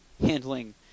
handling